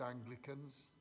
Anglicans